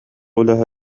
لها